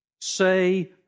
Say